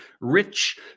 rich